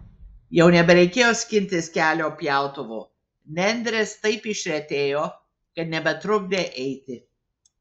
jau nebereikėjo skintis kelio pjautuvu nendrės taip išretėjo kad nebetrukdė eiti